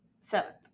seventh